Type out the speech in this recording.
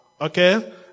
okay